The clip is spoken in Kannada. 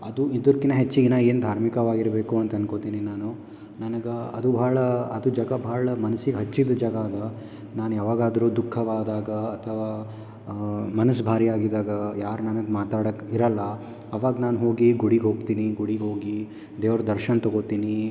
ಅದು ಇದ್ರ್ಕಿಂತ ಹೆಚ್ಚಿಗಿನ ಏನು ಧಾರ್ಮಿಕವಾಗಿರಬೇಕು ಅಂತ ಅಂದ್ಕೊತೀನಿ ನಾನು ನನಗೆ ಅದು ಬಹಳ ಅದು ಜಗ ಭಾಳ ಮನ್ಸಿಗೆ ಹಚ್ಚಿದ ಜಗ ಅದು ನಾನು ಯಾವಾಗಾದರೂ ದುಃಖವಾದಾಗ ಅಥವಾ ಮನ್ಸು ಭಾರ ಆಗಿದ್ದಾಗ ಯಾರು ನನಗೆ ಮಾತಾಡಕ್ಕೆ ಇರಲ್ಲಾ ಆವಾಗ ನಾನು ಹೋಗಿ ಗುಡಿಗೆ ಹೋಗ್ತೀನಿ ಗುಡಿಗೆ ಹೋಗಿ ದೇವ್ರ ದರ್ಶನ ತಗೋತೀನಿ